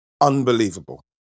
unbelievable